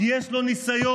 כי יש לו ניסיון.